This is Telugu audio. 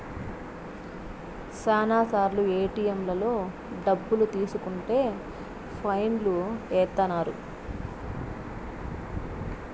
శ్యానా సార్లు ఏటిఎంలలో డబ్బులు తీసుకుంటే ఫైన్ లు ఏత్తన్నారు